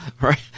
right